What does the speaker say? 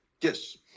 Yes